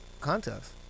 contest